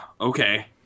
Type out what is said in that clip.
okay